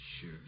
Sure